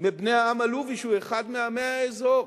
בני העם הלובי, שהוא אחד מעמי האזור,